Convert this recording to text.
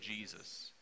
Jesus